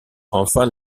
enfin